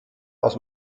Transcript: aus